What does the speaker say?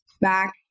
back